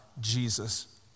Jesus